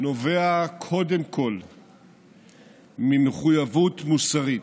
נובע קודם כול ממחויבות מוסרית.